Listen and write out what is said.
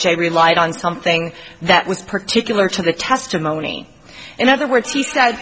that i relied on something that was particular to the testimony in other words he said